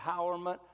empowerment